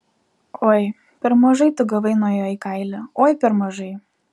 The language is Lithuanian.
oi per mažai tu gavai nuo jo į kailį oi per mažai